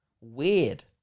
Weird